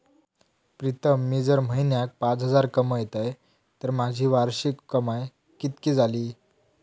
प्रीतम मी जर म्हयन्याक पाच हजार कमयतय तर माझी वार्षिक कमाय कितकी जाली?